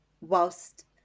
whilst